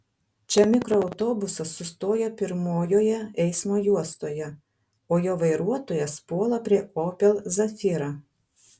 čia mikroautobusas sustoja pirmojoje eismo juostoje o jo vairuotojas puola prie opel zafira